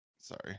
Sorry